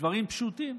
הדברים פשוטים.